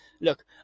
look